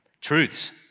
truths